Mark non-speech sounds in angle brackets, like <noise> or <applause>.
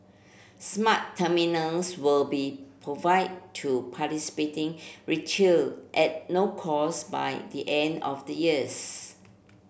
smart terminals will be provide to participating <unintelligible> at no cost by the end of the years